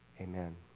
Amen